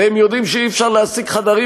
והם יודעים שאי-אפשר להשיג חדרים,